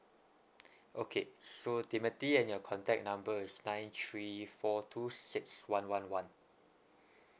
okay so timothy and your contact number is nine three four two six one one one